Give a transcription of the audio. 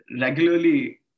regularly